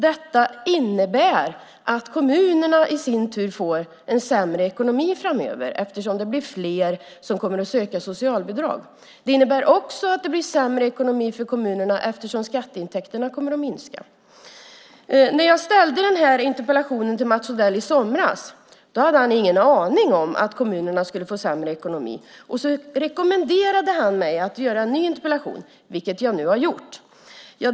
Detta innebär i sin tur att kommunerna får en sämre ekonomi framöver, eftersom det kommer att bli fler som söker socialbidrag. Skatteintäkterna kommer att minska, och även detta innebär sämre ekonomi för kommunerna. När jag ställde den här interpellationen till Mats Odell i somras hade han ingen aning om att kommunerna skulle få sämre ekonomi. Han rekommenderade mig att ställa en ny interpellation, vilket jag nu har gjort.